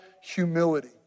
humility